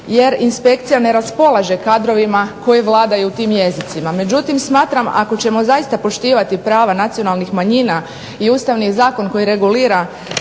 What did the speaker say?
jer inspekcija ne raspolaže kadrovima koji vladaju tim jezicima. Međutim, smatram ako ćemo zaista poštivati prava nacionalnih manjina i Ustavni zakon koji regulira